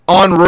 on